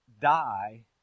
die